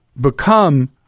become